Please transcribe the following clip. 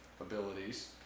abilities